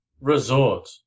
resort